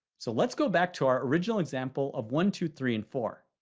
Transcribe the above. so let's go back to our original example of one, two, three and four.